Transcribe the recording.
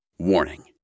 Warning